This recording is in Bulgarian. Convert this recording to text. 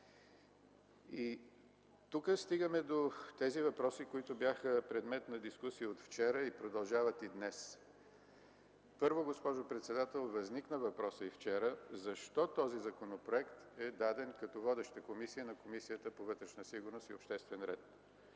Тук стигаме до тези въпроси, които бяха предмет на дискусия от вчера и продължават и днес. Първо, госпожо председател, и вчера възникна въпросът: защо този законопроект е даден като водеща комисия на Комисията по вътрешна сигурност и обществен ред?